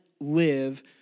live